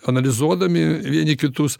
analizuodami vieni kitus